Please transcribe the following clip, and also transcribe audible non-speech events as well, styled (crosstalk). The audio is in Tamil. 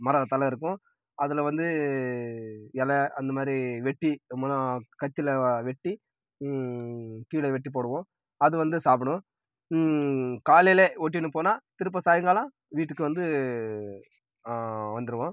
மர தழை இருக்கும் அதில் வந்து இல அந்த மாதிரி வெட்டி (unintelligible) கத்தியில வெட்டி கீழே வெட்டி போடுவோம் அது வந்து சாப்பிடும் காலையில் ஓட்டின்னு போனால் திரும்ப சாய்ங்காலம் வீட்டுக்கு வந்து வந்துடுவோம்